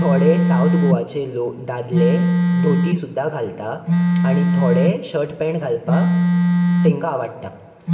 थोडे सावथ गोवाचे लोक दादले धोती सुद्दां घालता आनी थोडे शर्ट पेंट घालपाक तेंका आवडटा